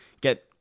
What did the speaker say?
get